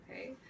Okay